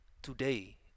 Today